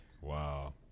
Wow